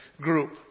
group